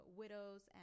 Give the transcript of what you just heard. widows